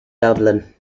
dublin